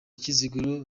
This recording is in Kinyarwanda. kiziguro